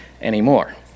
anymore